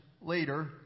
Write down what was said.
later